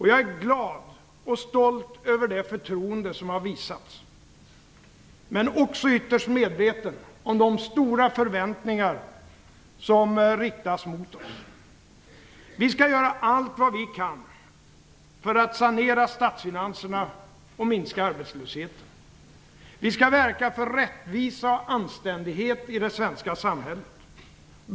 Jag är glad och stolt över det förtroende som har visats, men också ytterst medveten om de stora förväntningar som riktas mot oss. Vi skall göra allt vad vi kan för att sanera statsfinanserna och minska arbetslösheten. Vi skall verka för rättvisa och anständighet i det svenska samhället.